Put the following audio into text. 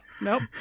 Nope